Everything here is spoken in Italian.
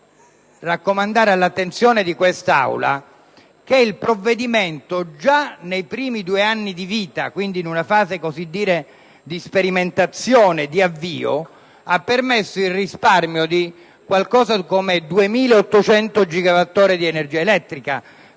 Vorrei raccomandare all'attenzione di quest'Aula che il provvedimento, già nei primi due anni di vita, quindi in una fase per così dire di sperimentazione e di avvio, ha permesso il risparmio di circa 2.800 gigawatt/ore di energia elettrica,